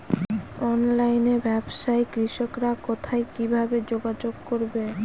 অনলাইনে ব্যবসায় কৃষকরা কোথায় কিভাবে যোগাযোগ করবে?